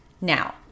Now